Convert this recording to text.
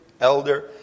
elder